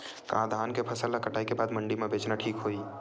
का धान के फसल ल कटाई के बाद मंडी म बेचना ठीक होही?